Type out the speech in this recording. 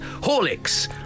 Horlicks